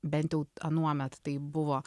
bent jau anuomet tai buvo